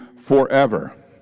forever